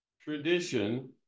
tradition